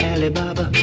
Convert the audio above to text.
Alibaba